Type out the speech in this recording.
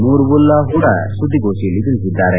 ನೂರ್ವುಲ್ ಹೂಡಾ ಸುದ್ಲಿಗೋಷ್ಟಿಯಲ್ಲಿ ತಿಳಿಸಿದ್ದಾರೆ